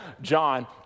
John